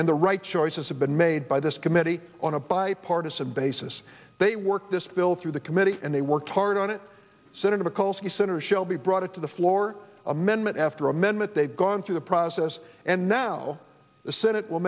and the right choices have been made by this committee on a bipartisan basis they worked this bill through the committee and they worked hard on it senator mikulski senator shelby brought it to the floor amendment after amendment they've gone through the process and now the senate will